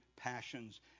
passions